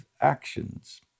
actions